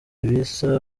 ibisa